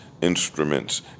instruments